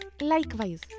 Likewise